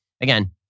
again